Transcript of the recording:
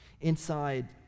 inside